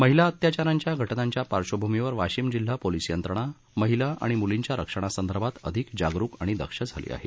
महिला अत्याचारांच्या घटनांच्या पार्श्वभूमीवर वाशिम जिल्हा पोलीस यंत्रणा महिला आणि म्लींच्या रक्षणासंदर्भात अधिक जागरुक आणि दक्ष झाली आहे